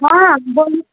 हॅं बोलू